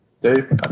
Dave